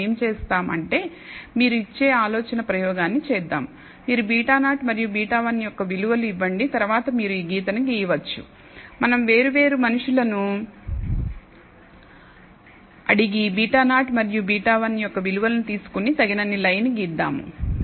మనం ఏమి చేస్తాం అంటే మీరు ఇచ్చే ఆలోచన ప్రయోగాన్ని చేద్దాం మీరు β0 మరియు β1 యొక్క విలువలు ఇవ్వండి తర్వాత మీరు ఈ గీతను గీయవచ్చు మనం వేరు వేరు మనుషులను అడిగి β0 మరియు β1 యొక్క విలువలు తీసుకొని తగినన్ని లైన్ గీదాము